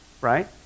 right